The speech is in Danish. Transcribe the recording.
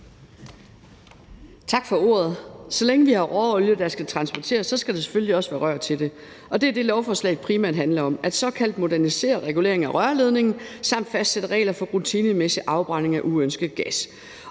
Tak for ordet. Så længe vi har råolie, der skal transporteres, skal der selvfølgelig også være rør til det. Og det er det, lovforslaget primært handler om, nemlig at modernisere reguleringen af rørledningen, at fastsætte regler for rutinemæssig afbrænding af uønsket gas